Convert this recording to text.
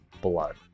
Blood